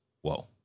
Whoa